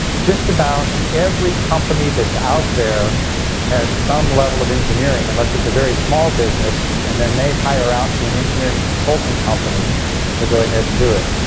just about every company that's out there has some level of engineering unless it's a very small business and then they hire out to an engineering consulting company to go ahead and do it.